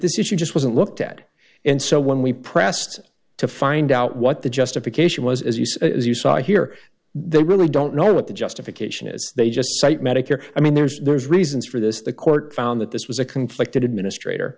issue just wasn't looked at and so when we pressed to find out what the justification was as you say as you saw here they really don't know what the justification is they just cite medicare i mean there's there's reasons for this the court found that this was a conflict administrator